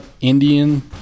Indian